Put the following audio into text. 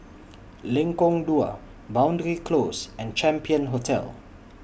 Lengkong Dua Boundary Close and Champion Hotel